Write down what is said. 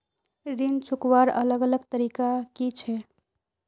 ऋण चुकवार अलग अलग तरीका कि छे?